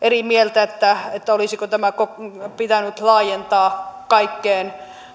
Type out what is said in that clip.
eri mieltä olisiko tämä pitänyt laajentaa kaikkeen